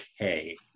okay